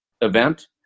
event